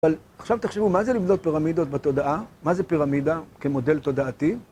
אבל עכשיו תחשבו: מה זה לבנות פירמידות בתודעה? מה זה פירמידה כמודל תודעתי?